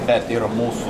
bet ir mūsų